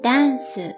Dance